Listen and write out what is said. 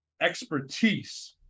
Expertise